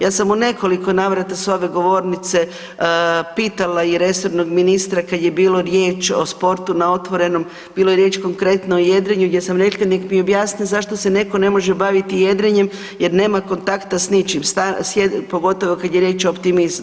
Ja sam u nekoliko navrata s ove govornice pitala i resornog ministra kada je bilo riječ o sportu na otvorenom, bilo je riječ konkretno o jedrenju gdje sam rekla neka mi objasni zašto se netko ne može baviti jedrenjem jer nema kontakta s ničim pogotovo kada je riječ o Optimisti.